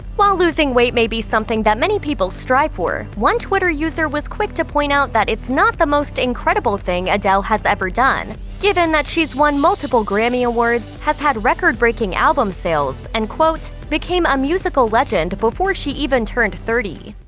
while losing weight may be something that many people strive for, one twitter user was quick to point out that it's not the most incredible thing adele has ever done, given that she's won multiple grammy awards, has had record-breaking album sales, and, quote, became a musical legend before she even turned thirty.